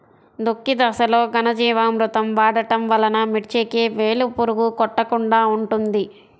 దుక్కి దశలో ఘనజీవామృతం వాడటం వలన మిర్చికి వేలు పురుగు కొట్టకుండా ఉంటుంది?